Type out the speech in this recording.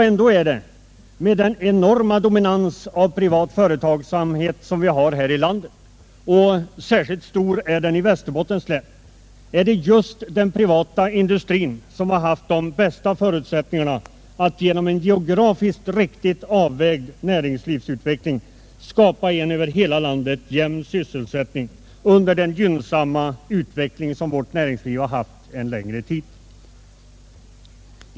Ändå är det med den enorma dominans av privatföretagsamhet, som vi har här i landet och särskilt i Västerbottens län, just den privata industrin som haft de bästa förutsättningarna att genom en geografiskt riktigt avvägd näringslivsutveckling skapa en över hela landet jämn sysselsättning under de gynnsamma förhållanden som präglat vårt näringsliv en längre tid.